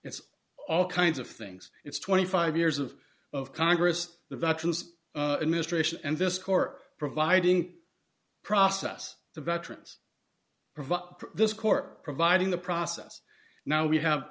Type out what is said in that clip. it's all kinds of things it's twenty five years of of congress the veterans administration and this court providing process the veterans provide this court providing the process now we have